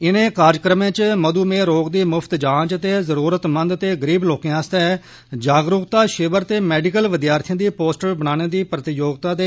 इनें कार्याक्रमें च मधुमेह रोग दी मुफ्त जांच ते जरूरतमंद ते गरीब लोकें आस्तै जागरूकता शिविर ते मेडिकल विद्यार्थिएं दी पोस्टर बनाने दी प्रतियोगिता ऐ